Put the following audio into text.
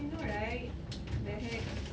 I know right what the heck